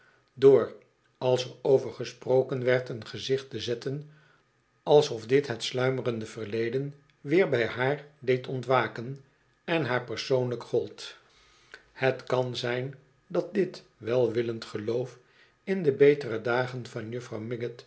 door als er over gesproken werd een gezicht te zetten alsof dit het sluimerende verleden weer bij haar deed ontwaken en haar persoonlijk gold het kan zijn dat dit welwillend geloof in de betere dagen van